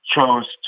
chose